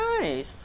nice